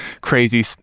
crazy